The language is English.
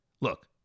look